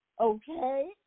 Okay